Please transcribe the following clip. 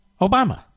Obama